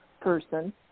person